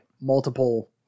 multiple